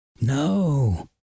No